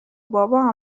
بابام